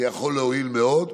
זה יכול להועיל מאוד.